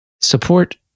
support